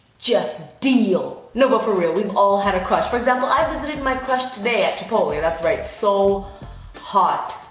just deal. no, but for real, we've all had a crush. for example, i visited my crush today at chipotle. that's right, so hot.